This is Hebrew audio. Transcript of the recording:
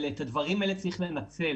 אבל את הדברים האלה צריך לנצל,